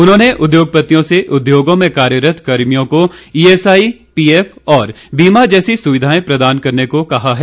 उन्होंने उद्योगपतियों से उद्योगों में कार्यरत कर्मियों को ईएसआए पीएफ और बीमा जैसी सुविधाएं प्रदान करने को कहा है